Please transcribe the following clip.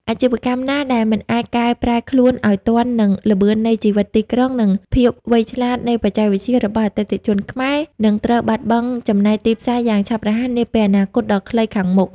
អាជីវកម្មណាដែលមិនអាចកែប្រែខ្លួនឱ្យទាន់នឹង "ល្បឿននៃជីវិតទីក្រុង" និង "ភាពវៃឆ្លាតនៃបច្ចេកវិទ្យា" របស់អតិថិជនខ្មែរ នឹងត្រូវបាត់បង់ចំណែកទីផ្សារយ៉ាងឆាប់រហ័សនាពេលអនាគតដ៏ខ្លីខាងមុខ។